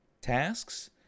tasks